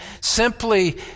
simply